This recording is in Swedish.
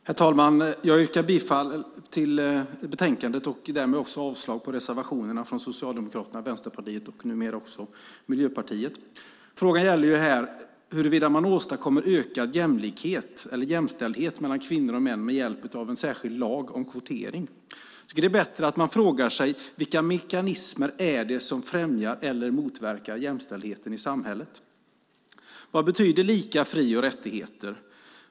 Herr talman! Jag yrkar bifall till utskottets förslag i betänkandet och därmed också avslag på reservationerna från Socialdemokraterna, Vänsterpartiet och numera också Miljöpartiet. Frågan gäller här huruvida man åstadkommer ökad jämställdhet mellan kvinnor och män med hjälp av en särskild lag om kvotering. Jag tycker att det är bättre att man frågar sig: Vilka mekanismer är det som främjar eller motverkar jämställdheten i samhället? Vad betyder lika fri och rättigheter?